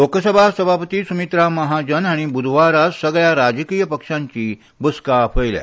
लोकसभा सभापती स्मित्रा महाजन हाणी ब्धवारा सगळ्या राजकीय पक्षांची बसका आपयल्या